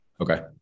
okay